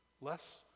less